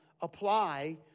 Apply